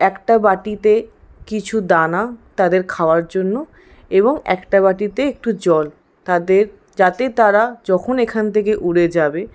একটা বাটিতে কিছু দানা তাদের খাওয়ার জন্য এবং একটা বাটিতে একটু জল তাদের যাতে তারা যখন এখান থেকে উড়ে যাবে